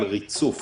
על ריצוף,